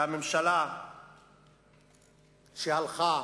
שהממשלה שהלכה